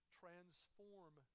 transform